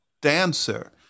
dancer